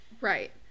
Right